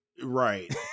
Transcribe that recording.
right